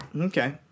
Okay